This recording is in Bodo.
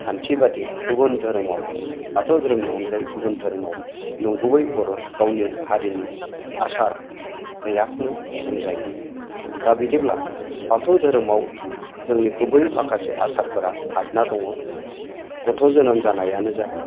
खान्थिबायदि गुबुन धोरोमाव बाथौ धोरोमनि अनगायै गुबुन धोरोमाव नंगुबै बर' गावनि हारिनि आसार गैयाखौनो बुंजायो दा बिदिब्ला बाथौ धोरोमाव जोंनि गुबै माखासे आसारफोरा हाबना दङ गथ' जोनोम जानायानो जा